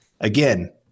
again